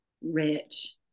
rich